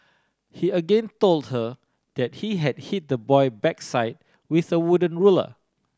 he again told her that he had hit the boy backside with a wooden ruler